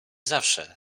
zawsze